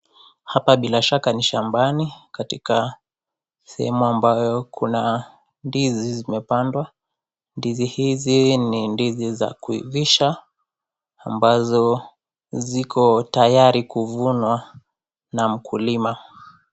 Hapa bila shaka ni shambani, katika sehemu ambayo kuna ndizi zimepandwa. Ndizi hizi ni ndizi za kuivishwa, ambazo ziko tayari kuvunwa na mkulima.